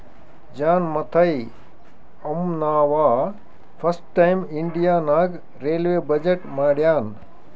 John Mathai ಅಂನವಾ first time India ನಾಗ್ railway budget ಮಾಡ್ಯಾನ್